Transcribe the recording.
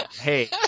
hey